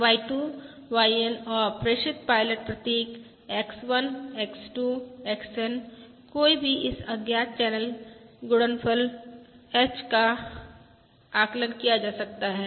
Y2 YN और प्रेषित pilot प्रतीक X1 X2 XN कोई भी इस अज्ञात चैनल गुणांक H का आकलन लगा सकता है